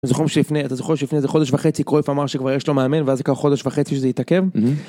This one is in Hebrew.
זוכרים שלפני, אתה זוכר שלפני איזה חודש וחצי קורף אמר שכבר יש לו מאמן ואז לקח חודש וחצי שזה התעכב.